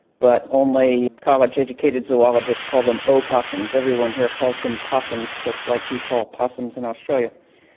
but only college educated zoologists call them opossums, everyone here calls them possums, just like you call possums in australia.